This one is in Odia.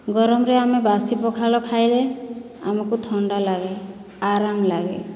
ଗରମରେ ଆମେ ବାସି ପଖାଳ ଖାଇଲେ ଆମକୁ ଥଣ୍ଡା ଲାଗେ ଆରାମ ଲାଗେ